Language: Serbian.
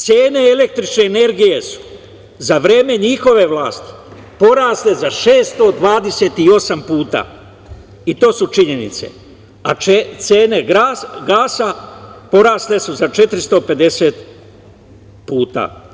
Cene električne energije su za vreme njihove vlasti porasle za 628 puta i to su činjenice, a cene gasa porasle su za 450 puta.